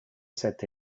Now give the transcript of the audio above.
cet